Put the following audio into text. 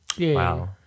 Wow